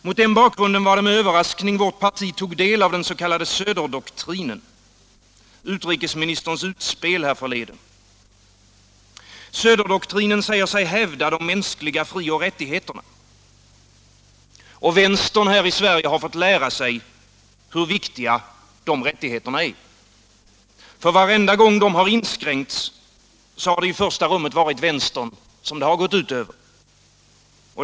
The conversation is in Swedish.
Mot den bakgrunden var det med överraskning vårt parti tog del av den s.k. Söderdoktrinen, utrikesministerns utspel härförleden. Söderdoktrinen säger sig hävda de mänskliga frioch rättigheterna. Vänstern här i Sverige har fått lära sig hur viktiga de rättigheterna är. Varenda gång de har inskränkts har det i första rummet varit vänstern som det gått ut över.